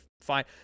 fine